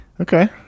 Okay